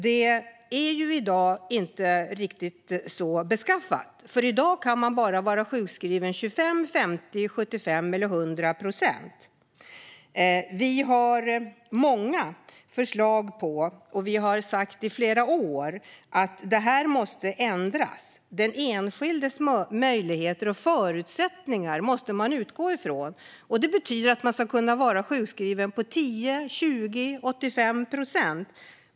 Det är i dag inte riktigt så beskaffat. I dag kan man bara vara sjukskriven 25, 50, 75 eller 100 procent. Vi har många förslag. Vi har sagt i flera år att det måste ändras. Man måste utgå från den enskildes möjligheter och förutsättningar. Det betyder att människor ska kunna vara sjukskrivna på 10, 20 eller 85 procent.